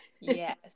yes